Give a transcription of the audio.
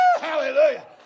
Hallelujah